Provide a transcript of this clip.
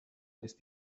ist